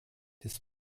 des